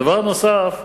דבר נוסף,